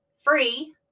free